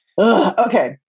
okay